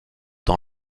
dans